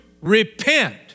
repent